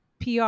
PR